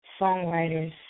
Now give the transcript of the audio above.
songwriters